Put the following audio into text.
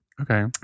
Okay